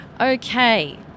Okay